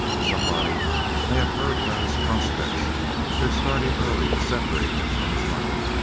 somebody may have heard about his prospects they're starting early to separate him from his money.